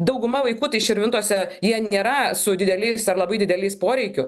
dauguma vaikų tai širvintose jie nėra su dideliais ar labai dideliais poreikių